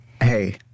hey